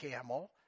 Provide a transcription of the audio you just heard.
camel